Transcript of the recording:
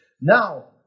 Now